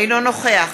אינו נוכח